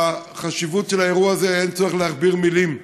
על החשיבות של האירוע הזה אין צורך להכביר מילים.